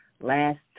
last